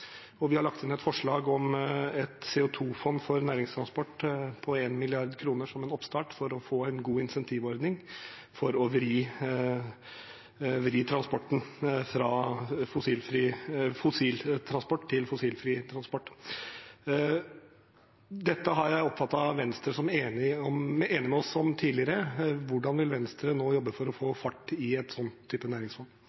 og vi har lagt inn et forslag om et CO 2 -fond for næringstransport på 1 mrd. kr, som en oppstart for å få en god incentivordning for å vri transporten fra fossiltransport til fossilfri transport. Dette har jeg tidligere oppfattet Venstre som enig med oss i. Hvordan vil Venstre nå jobbe for å